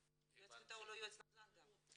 יועץ קליטה הוא לא יועץ נדל"ן גם.